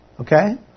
Okay